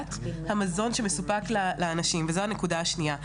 תכולת המזון שמסופק לאנשים וזו הנקודה השנייה,